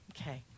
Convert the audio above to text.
Okay